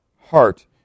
heart